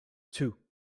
two